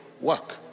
work